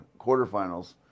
quarterfinals